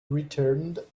returned